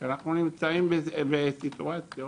אנחנו נמצאים בסיטואציות